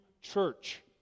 church